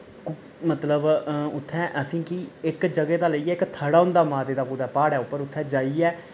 मतलब उत्थैं असेंगी इक जगह् दा लेइयै इक थड़ा होंदा माते दा कुतै प्हाड़ै उप्पर उत्थें जाइयै